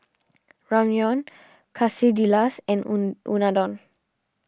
Ramyeon Quesadillas and Unadon